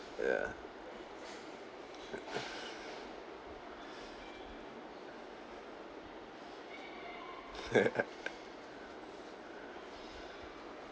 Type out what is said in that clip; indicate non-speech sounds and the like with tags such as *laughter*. ya *laughs*